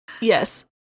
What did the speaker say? Yes